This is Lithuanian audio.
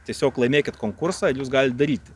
tiesiog laimėkit konkursą jūs galit daryti